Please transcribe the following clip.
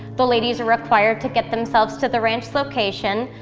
the ladies are required to get themselves to the ranch location,